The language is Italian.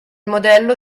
modello